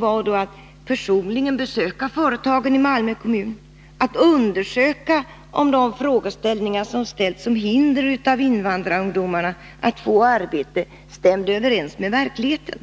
var att göra personliga besök vid företagen i Malmö kommun och undersöka om det som invandrarungdomarua hade angivit som hinder för att få arbete stämde överens med verkligheten.